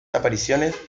apariciones